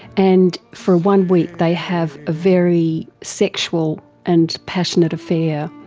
and for one week they have a very sexual and passionate affair.